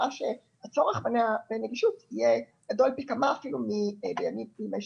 הצורך בנגישות יהיה גדול פי כמה אפילו מימי שגרה.